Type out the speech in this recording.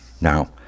Now